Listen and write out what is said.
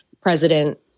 president